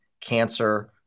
cancer